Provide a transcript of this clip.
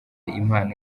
impano